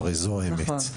זוהי האמת.